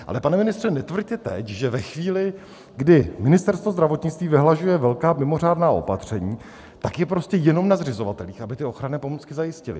Ale pane ministře, netvrďte teď, že ve chvíli, kdy Ministerstvo zdravotnictví vyhlašuje velká mimořádná opatření, je prostě jenom na zřizovatelích, aby ty ochranné pomůcky zajistili.